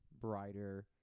brighter